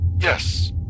Yes